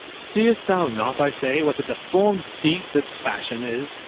seest thou not, i say, what a deformed thief this fashion is?